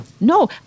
no